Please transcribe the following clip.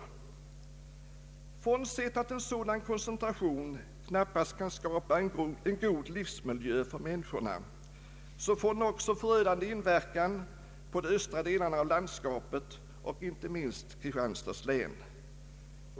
Frånsett att en sådan koncentration knappast kan skapa en god livsmiljö för människorna får den också förödande inverkan på de östra delarna av landskapet och inte minst Kristianstads län.